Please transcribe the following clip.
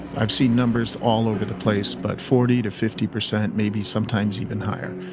i've seen numbers all over the place but forty to fifty percent maybe sometimes even higher.